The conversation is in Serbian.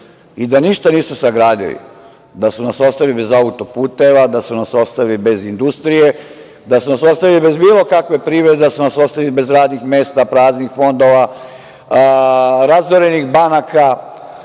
i da ništa nisu sagradili, da su nas ostavili bez auto-puteva, da su nas ostavili bez industrije, da su nas ostavili bez bilo kakve privrede, da su nas ostavili bez radnih mesta, praznih fondova, razorenih banaka,